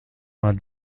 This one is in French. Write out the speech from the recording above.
vingt